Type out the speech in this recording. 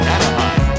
Anaheim